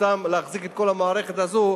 וסתם להחזיק את כל המערכת הזו,